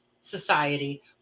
society